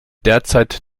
derzeit